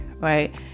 right